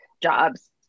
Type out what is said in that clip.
jobs